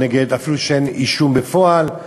אפילו כשאין אישום בפועל.